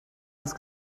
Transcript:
ins